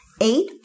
eight